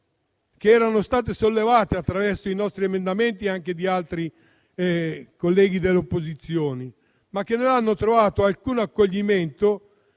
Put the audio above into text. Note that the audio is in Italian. che erano state solevate attraverso i nostri emendamenti e quelli di altri colleghi dell'opposizione, ma che non hanno trovato alcun accoglimento,